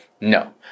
No